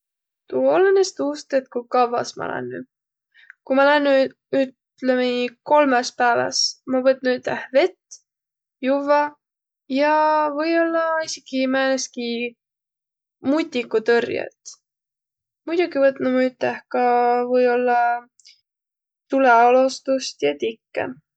Tuu olõnõs tuust, et ku kavvas ma lännüq. Ku ma lännü, ütlemiq, kolmõs pääväs, ma võtnuq üteh vett, juvvaq ja või-ollaq esiki määnestki mutigutõrjõt. Muidoki võtnuq ma üteh ka või-ollaq tulõalostust ja tikkõ.